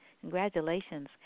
Congratulations